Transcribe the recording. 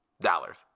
dollars